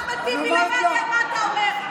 אחמד טיבי, לא מעניין מה אתה אומר.